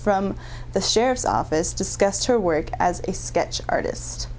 from the sheriff's office discussed her work as a sketch artist